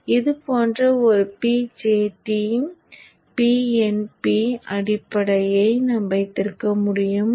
இது போன்ற ஒரு BJT PNP அடிப்படையை நாம் வைத்திருக்க முடியும்